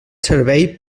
servei